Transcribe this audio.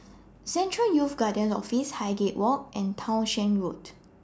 Central Youth Guidance Office Highgate Walk and Townshend Road